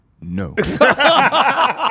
No